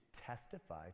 testify